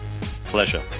Pleasure